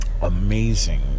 amazing